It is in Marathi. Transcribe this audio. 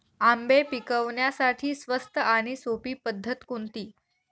आंबे पिकवण्यासाठी स्वस्त आणि सोपी पद्धत कोणती?